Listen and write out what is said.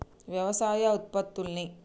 వ్యవసాయ ఉత్పత్తుల్ని